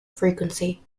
frequency